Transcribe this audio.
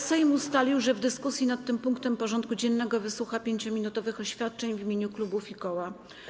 Sejm ustalił, że w dyskusji nad tym punktem porządku dziennego wysłucha 5-minutowych oświadczeń w imieniu klubów i koła.